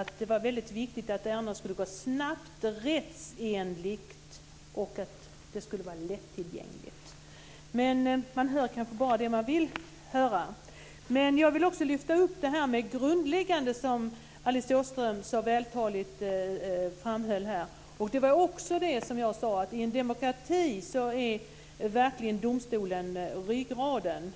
att det var väldigt viktigt att ärendena skulle behandlas snabbt, rättsenligt och att det skulle vara lättillgängligt. Men man hör kanske bara det man vill höra. Jag vill också lyfta upp det grundläggande, som Alice Åström så vältaligt framhöll här. Jag sade att i en demokrati är domstolen verkligen ryggraden.